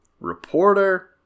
reporter